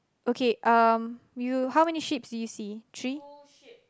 okay um you how many sheeps do you see three